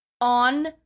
on